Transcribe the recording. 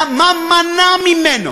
מה מנע ממנו